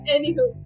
Anywho